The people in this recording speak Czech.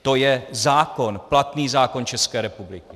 To je zákon, platný zákon České republiky.